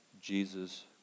Jesus